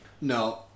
No